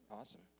awesome